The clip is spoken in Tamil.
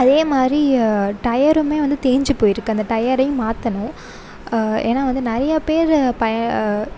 அதேமாதிரி டயருமே வந்து தேஞ்சு போய் இருக்குது அந்த டயரையுமே மாற்றணும் ஏன்னா வந்து நிறையா பேரு பய